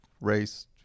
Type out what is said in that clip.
race